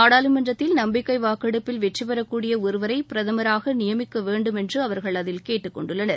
நாடாளுமன்றத்தில் நம்பிக்கை வாக்கெடுப்பில் வெற்றிபெறக்கூடிய ஒருவரை பிரதமராக நியமிக்க வேண்டும் என்று அவர்கள் அதில் கேட்டுக் கொண்டுள்ளனர்